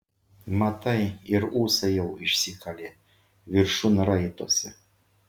matai ir ūsai jau išsikalė viršun raitosi